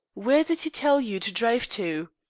where did he tell you to drive to?